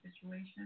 situation